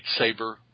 lightsaber